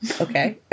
Okay